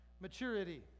maturity